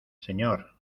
señor